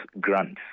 grants